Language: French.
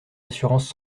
assurances